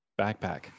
backpack